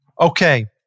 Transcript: Okay